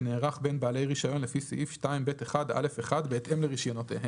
שנערך בין בעלי רישיון לפי סעיף 2(ב)(1)(א)(1) בהתאם לרישיונותיהם.